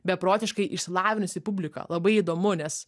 beprotiškai išsilavinusi publika labai įdomu nes